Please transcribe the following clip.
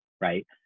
Right